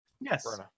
Yes